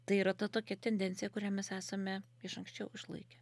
tai yra ta tokia tendencija kurią mes esame iš anksčiau išlaikę